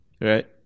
Right